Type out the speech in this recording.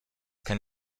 kann